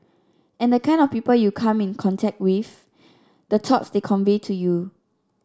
and the kind of people you come in contact with the thoughts they convey to you